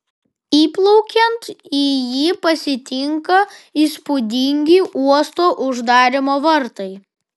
įplaukiant į jį pasitinka įspūdingi uosto uždarymo vartai